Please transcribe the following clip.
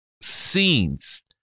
scenes